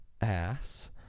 ass